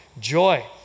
Joy